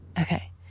Okay